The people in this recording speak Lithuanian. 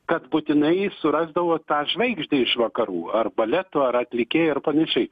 kad būtinai surasdavo tą žvaigždę iš vakarų ar baleto ar atlikėją ir panašiai